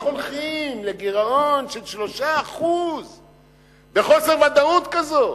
איך הולכים לגירעון של 3% בחוסר ודאות כזה?